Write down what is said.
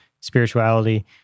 spirituality